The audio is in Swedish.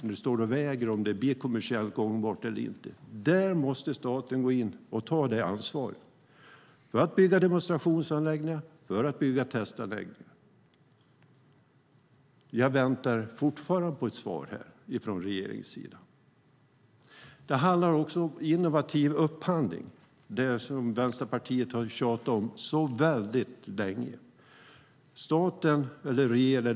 Man ser inte om det blir kommersiellt gångbart eller inte. Där måste staten gå in och ta ansvaret för att bygga demonstrationsanläggningar och testanläggningar. Jag väntar fortfarande på ett svar från regeringssidan. Det handlar också om innovativ upphandling, som Vänsterpartiet har tjatat om väldigt länge.